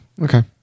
okay